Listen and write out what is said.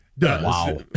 Wow